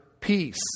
peace